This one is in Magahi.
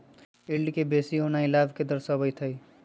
यील्ड के बेशी होनाइ लाभ के दरश्बइत हइ